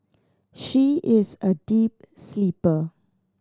she is a deep sleeper